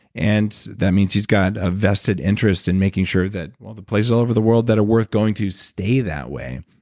and that means he's got a vested interest in making sure that all the places all over the world that are worth going to stay that way.